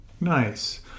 Nice